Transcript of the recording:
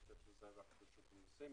זה רשות המסים,